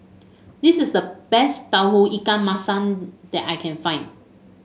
this is the best Tauge Ikan Masin that I can find